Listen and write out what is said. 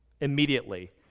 immediately